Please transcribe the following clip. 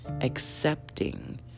accepting